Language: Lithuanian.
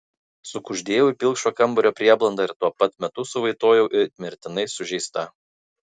sukuždėjau į pilkšvą kambario prieblandą ir tuo pat metu suvaitojau it mirtinai sužeista